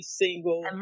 single